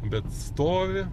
bet stovi